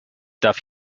darf